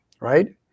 right